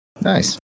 Nice